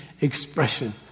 expression